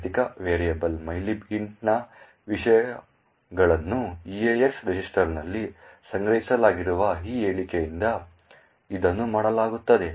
ಜಾಗತಿಕ variable mylib int ನ ವಿಷಯಗಳನ್ನು EAX ರಿಜಿಸ್ಟರ್ನಲ್ಲಿ ಸಂಗ್ರಹಿಸಲಾಗಿರುವ ಈ ಹೇಳಿಕೆಯಿಂದ ಇದನ್ನು ಮಾಡಲಾಗುತ್ತದೆ